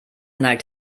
neigt